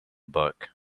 book